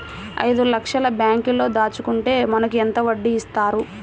ఐదు లక్షల బ్యాంక్లో దాచుకుంటే మనకు ఎంత వడ్డీ ఇస్తారు?